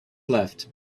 left